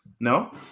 No